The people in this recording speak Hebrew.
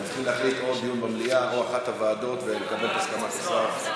אתם צריכים להחליט על דיון במליאה או באחת הוועדות ולקבל את הסכמת השר.